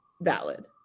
valid